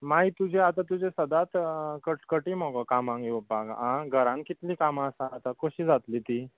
मागी तुजें आतां तुजें सदांत कटकटी मुगो कामांक येवपाक आ घरान कितलीं कामां आसा आतां कशी जातलीं तीं